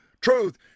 truth